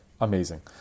Amazing